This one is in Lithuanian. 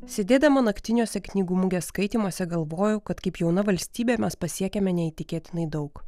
sėdėdama naktiniuose knygų mugės skaitymuose galvojau kad kaip jauna valstybė mes pasiekėme neįtikėtinai daug